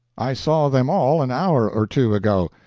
i saw them all an hour or two ago,